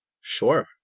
Sure